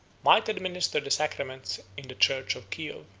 might administer the sacraments in the church of kiow,